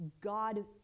God